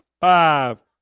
five